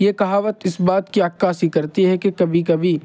یہ کہاوت اس بات کی عکاسی کرتی ہے کہ کبھی کبھی